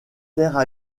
terres